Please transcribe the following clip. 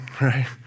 right